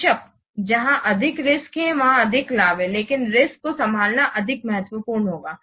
बेशक जहां अधिक रिस्क्स है वहाँ अधिक लाभ है लेकिन रिस्क्स को संभालना अधिक महत्वपूर्ण होगा